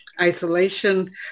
isolation